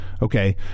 Okay